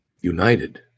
united